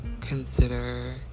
consider